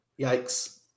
Yikes